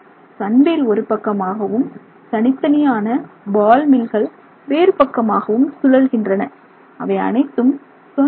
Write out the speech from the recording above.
Sun wheel ஒரு பக்கமாகவும் தனித்தனியான பால் மில்கள் வேறு பக்கமாகவும் சுழல்கின்றன அவை அனைத்தும் சொந்த ஆர்